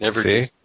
See